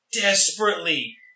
desperately